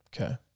Okay